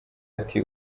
ati